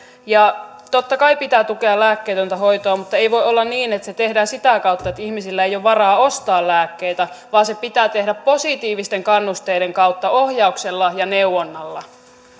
totta kai pitää tukea lääkkeetöntä hoitoa mutta ei voi olla niin että se tehdään sitä kautta että ihmisillä ei ole varaa ostaa lääkkeitä vaan se pitää tehdä positiivisten kannusteiden kautta ohjauksella ja neuvonnalla